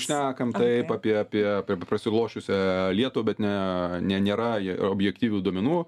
šnekam taip apie apie prasilošusią lietuvą bet ne ne nėra objektyvių duomenų